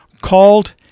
called